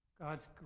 God's